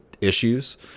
issues